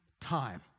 time